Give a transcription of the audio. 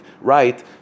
right